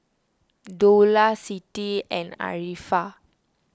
Dollah Siti and Arifa